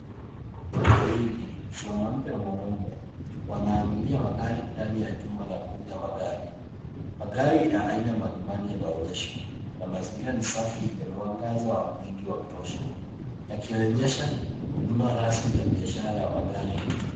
Watu wawili, mwanamke na mwanaume wanaangalia magari ndani ya jumba la kuuza magari. Magari ya aina mbalimbali inaonyeshwa na mazingira ni safi yenye mwangaza mwingi wa kutosha yakionyesha huduma rasmi za biashara ya magari.